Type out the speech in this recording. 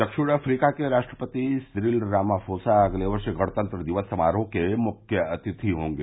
दक्षिण अफ्रीका के राष्ट्रपति सिरिल रामाफोसा अगले वर्ष गणतंत्र दिवस समारोह के मुख्य अतिथि हॉगे